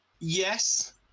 Yes